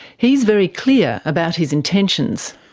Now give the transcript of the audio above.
he's very clear about his intentions.